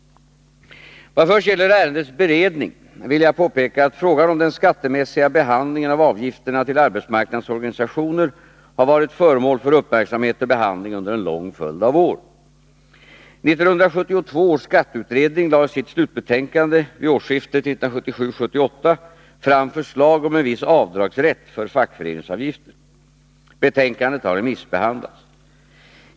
Vad först gäller ärendets beredning vill jag påpeka att frågan om den skattemässiga behandlingen av avgifterna till arbetsmarknadens organisationer har varit föremål för uppmärksamhet och behandling under en lång följd av år. 1972 års skatteutredning lade i sitt slutbetänkande vid årsskiftet 1977-1978 fram förslag om en viss avdragsrätt för fackföreningsavgifter. Betänkandet har remissbehandlats.